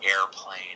airplane